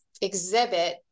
exhibit